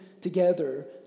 together